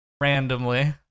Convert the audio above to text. randomly